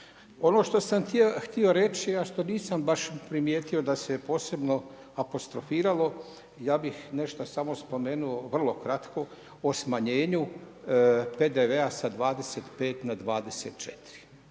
Ono što sam htio reći, a što nisam baš primijetio da se posebno apostrofiralo, ja bih nešto samo spomenuo vrlo kratko o smanjenju PDV-a sa 25 na 24.